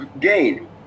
gain